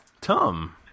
Tom